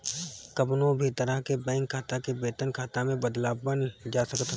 कवनो भी तरह के बैंक खाता के वेतन खाता में बदलवावल जा सकत हवे